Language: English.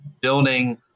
building